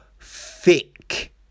thick